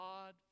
God